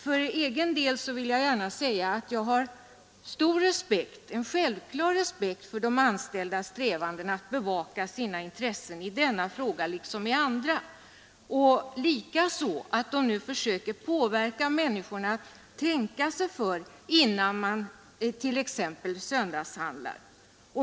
För egen del har jag en självklar respekt för de anställdas strävanden att bevaka sina intressen i denna fråga liksom i andra frågor och även för att man nu försöker påverka människorna att tänka sig för innan de t.ex. söndagshandlar.